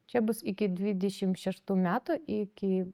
čia bus iki dvidešim šeštų metų iki